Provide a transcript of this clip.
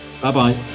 Bye-bye